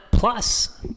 Plus